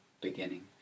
beginning